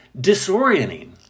disorienting